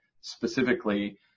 specifically